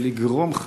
או לגרום,